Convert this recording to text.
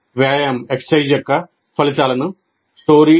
వ్యాయామం యొక్క ఫలితాలను story